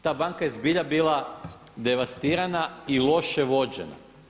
Ta banka je zbilja bila devastirana i loše vođena.